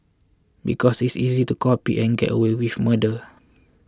because it's easy to copy and get away with murder